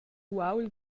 uaul